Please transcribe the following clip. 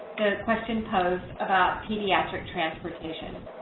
question posed pediatric transportation.